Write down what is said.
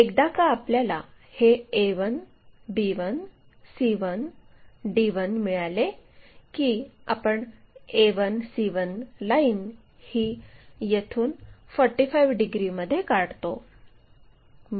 एकदा का आपल्याला हे a1 b1 c1 d1 मिळाले की आपण a1 c1 लाईन ही येथून 45 डिग्रीमध्ये काढतो